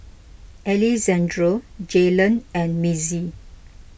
Alejandro Jaylan and Mitzi